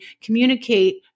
communicate